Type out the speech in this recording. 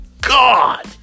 God